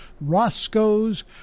Roscoe's